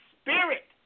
spirit